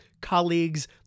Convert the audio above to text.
colleagues